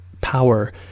power